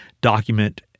document